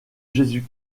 jésus